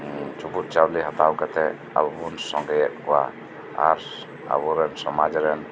ᱪᱩᱯᱩᱫ ᱪᱟᱣᱞᱤ ᱦᱟᱛᱟᱣ ᱠᱟᱛᱮᱫ ᱟᱵᱩ ᱵᱩᱱ ᱥᱚᱸᱜᱮᱭᱮᱫ ᱠᱚᱣᱟ ᱟᱵᱩᱨᱮᱱ ᱥᱚᱢᱟᱡᱽ ᱨᱮᱱ